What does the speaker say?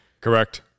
Correct